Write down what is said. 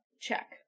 check